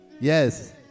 Yes